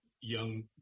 young